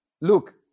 look